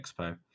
Expo